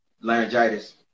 laryngitis